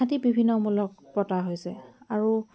ইত্যাদি বিভিন্নমূলক পতা হৈছে আৰু